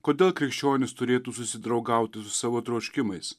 kodėl krikščionys turėtų susidraugauti su savo troškimais